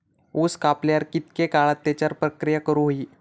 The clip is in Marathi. ऊस कापल्यार कितके काळात त्याच्यार प्रक्रिया करू होई?